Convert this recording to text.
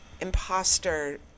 Imposter